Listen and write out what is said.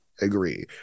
agree